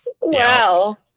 Wow